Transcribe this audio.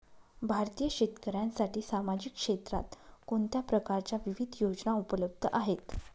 भारतीय शेतकऱ्यांसाठी सामाजिक क्षेत्रात कोणत्या प्रकारच्या विविध योजना उपलब्ध आहेत?